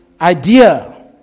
idea